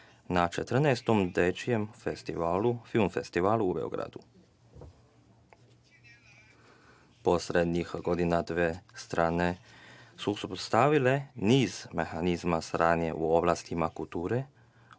na 14. dečijem festivalu, film festivalu u Beogradu. Poslednjih godina dve strane su postavile niz mehanizama saradnje u oblastima kulture,